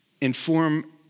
inform